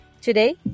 Today